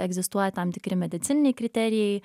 egzistuoja tam tikri medicininiai kriterijai